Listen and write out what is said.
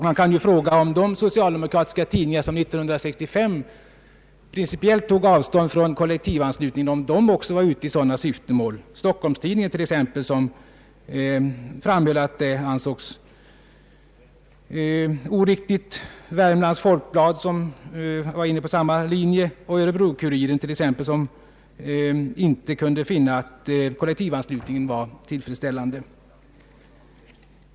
Man kan fråga om de socialdemokratiska tidningar som 1965 principiellt tog avstånd från kollektivanslutning var ute i samma syfte. Stockholms-Tidningen t.ex. framhöll att kollektivanslutning kunde anses oriktig. Värmlands Folkblad var inne på samma linje. Örebro Kuriren t.ex. kunde inte finna att kollektivanslutning var tillfredsställande.